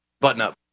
button-up